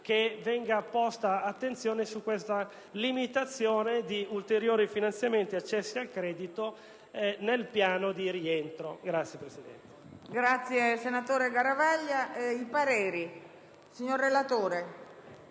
che venga posta attenzione sulla limitazione di ulteriori finanziamenti e accessi al credito nel piano di rientro. PRESIDENTE.